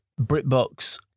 britbox